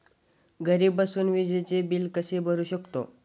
घरी बसून विजेचे बिल कसे भरू शकतो?